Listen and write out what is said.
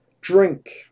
Drink